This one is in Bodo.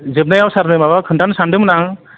जोबनायाव सारनो माबा खोन्थानो सानदोंमोन आं